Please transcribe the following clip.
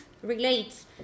Relates